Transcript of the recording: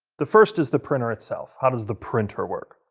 the first is the printer itself. how does the printer work?